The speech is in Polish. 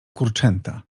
kurczęta